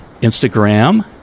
Instagram